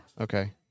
Okay